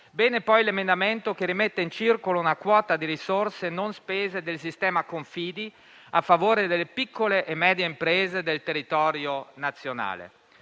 Bene ancora l'emendamento che rimette in circolo una quota di risorse non spese del sistema Confidi a favore delle piccole e medie imprese del territorio nazionale.